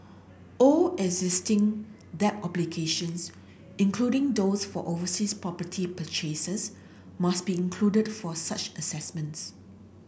all existing debt obligations including those for overseas property purchases must be included for such assessments